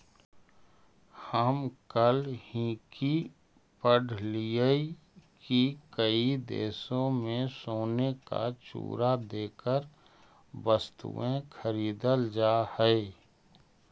हम कल हिन्कि पढ़लियई की कई देशों में सोने का चूरा देकर वस्तुएं खरीदल जा हई